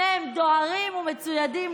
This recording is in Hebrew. שניהם דוהרים ומצוידים,